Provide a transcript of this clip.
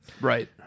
Right